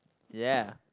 ya